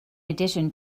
addition